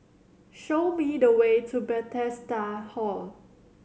show me the way to Bethesda Hall